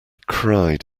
cried